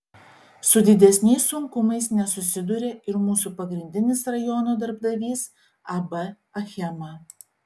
su didesniais sunkumais nesusiduria ir mūsų pagrindinis rajono darbdavys ab achema